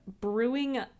brewing